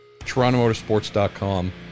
TorontoMotorsports.com